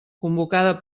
convocada